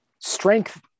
strength